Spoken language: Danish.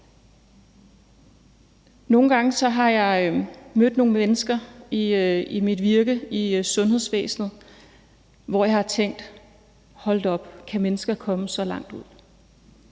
Nogle gange har jeg mødt nogle mennesker i mit virke i sundhedsvæsenet, hvor jeg har tænkt: Hold da op, kan mennesker komme så langt ud.